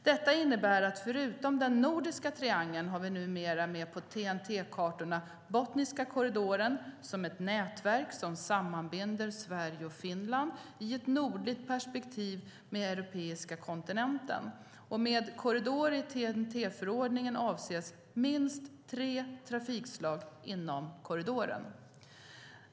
Detta innebär att vi förutom den nordiska triangeln numera har med Botniska korridoren på TEN-T-kartorna som ett nätverk som sammanbinder Sverige och Finland i ett nordligt perspektiv med europeiska kontinenten. Med korridor i TEN-T-förordningen avses minst tre trafikslag inom korridoren.